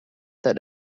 that